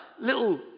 little